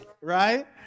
right